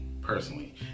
personally